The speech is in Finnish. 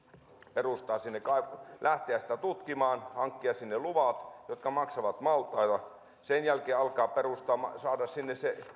perustaa sinne kaivos ja lähteä sitä tutkimaan hankkia sinne luvat jotka maksavat maltaita ja sen jälkeen saada sinne se